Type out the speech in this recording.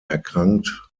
erkrankt